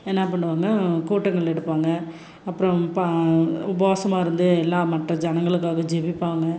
என்ன பண்ணுவாங்க கூட்டங்கள் எடுப்பாங்க அப்புறம் பா உபாவாசமா இருந்து எல்லா மற்ற ஜனங்களுக்காக ஜெபிப்பாங்க